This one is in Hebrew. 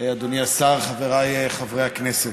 אדוני השר, חבריי חברי הכנסת,